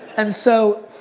and so